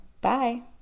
Bye